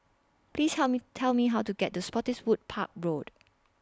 Please Tell Me Tell Me How to get to Spottiswoode Park Road